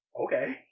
Okay